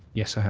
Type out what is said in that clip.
yes, i have.